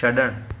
छड॒णु